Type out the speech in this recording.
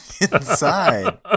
inside